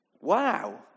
Wow